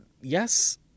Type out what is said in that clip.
yes